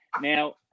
Now